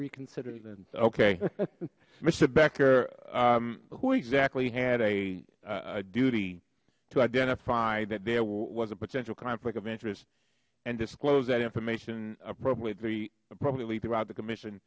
reconsider them ok mister becker who exactly had a duty to identify that there was a potential conflict of interest and disclose that information appropriately probably throughout the commission